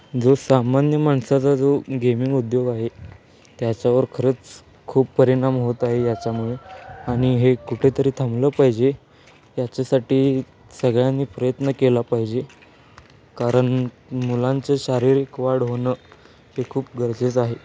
जो सामान्य माणसाचा जो गेमिंग उद्योग आहे त्याच्यावर खरंच खूप परिणाम होत आहे याच्यामुळे आणि हे कुठेतरी थांबलं पाहिजे याच्यासाठी सगळ्यांनी प्रयत्न केला पाहिजे कारण मुलांचे शारीरिक वाढ होणं हे खूप गरजेचं आहे